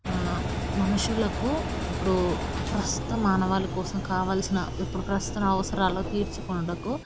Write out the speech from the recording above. మనుషులకు ఇప్పుడు ప్రస్తుతం మానవాళి కోసం కావాల్సిన ఇప్పుడు ప్రస్తుత అవసరాలను తీర్చుకొనుటకు